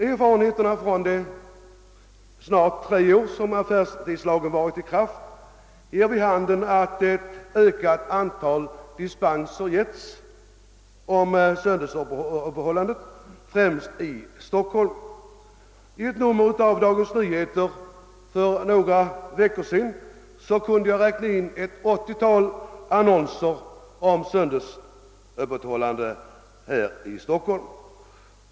Erfarenheterna från de snart tre år som affärstidslagen varit i kraft ger vid handen att ett ökat antal dispenser för söndagsöppethållande lämnats, främst i Stockholm. I ett nummer av Dagens Nyheter för några veckor sedan kunde man räkna in ett åttiotal annonser om söndagsöppethållande här i Stockholm.